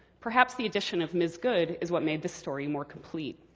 perhaps the addition of ms. goode is what made this story more complete.